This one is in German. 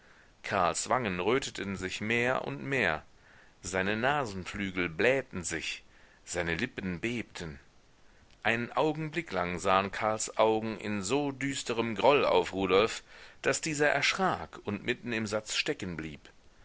karls wangen röteten sich mehr und mehr seine nasenflügel blähten sich seine lippen bebten einen augenblick lang sahen karls augen in so düsterem groll auf rudolf daß dieser erschrak und mitten im satz